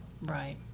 Right